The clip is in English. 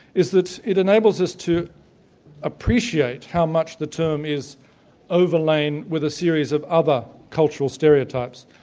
is that it enables us to appreciate how much the term is overlain with a series of other cultural stereotypes,